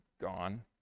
gone